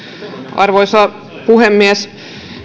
arvoisa puhemies